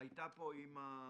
דיברה פה אימא,